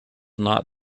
not